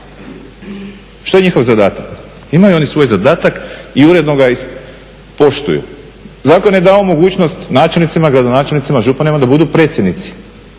Što je njihov zadatak? Imaju oni svoj zadatak i uredno ga poštuju. Zakon je dao mogućnost načelnicima, gradonačelnicima, županima da budu predsjednici